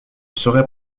serait